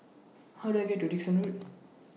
How Do I get to Dickson Road